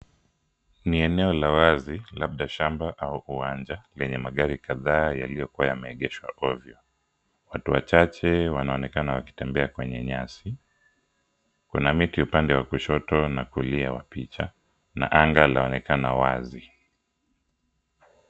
Ni eneo la wazi labda shamba au uwanja lenye magari kadhaa yaliyokuwa yameegeshwa ovyo. Watu wachache wanaonekana wakitembea kwenye nyasi. Kuna miti upande wa kushoto na kulia wa picha na anga laonekana wazi.